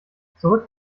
zurück